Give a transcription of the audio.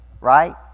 right